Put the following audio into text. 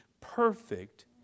perfect